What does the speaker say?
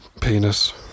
penis